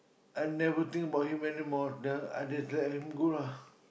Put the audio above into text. I never think about him anymore then I just let him go lah